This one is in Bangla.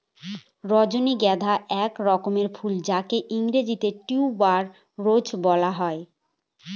রজনীগন্ধা এক রকমের ফুল যাকে ইংরেজিতে টিউবার রোজ বলা হয়